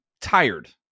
tired